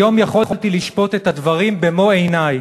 היום יכולתי לשפוט את הדברים במו עיני,